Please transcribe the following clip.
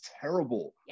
terrible